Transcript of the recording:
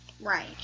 Right